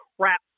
crap